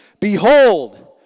Behold